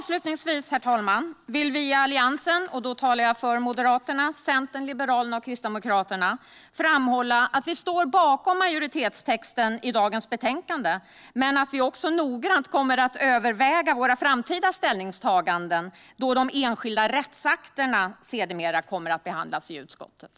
Avslutningsvis vill vi i Alliansen - då talar jag för Moderaterna, Centern, Liberalerna och Kristdemokraterna - framhålla att vi står bakom majoritetstexten i dagens betänkande men att vi också noggrant kommer att överväga våra framtida ställningstaganden då de enskilda rättsakterna sedermera kommer att behandlas i utskottet.